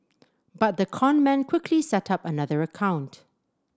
but the con man quickly set up another account